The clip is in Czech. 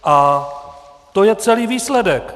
A to je celý výsledek.